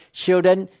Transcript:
children